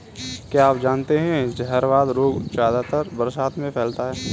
क्या आप जानते है जहरवाद रोग ज्यादातर बरसात में फैलता है?